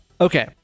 Okay